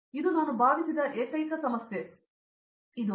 ಹಾಗಾಗಿ ನಾನು ಭಾವಿಸಿದ ಏಕೈಕ ಸಮಸ್ಯೆ ಇದು